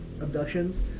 abductions